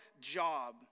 job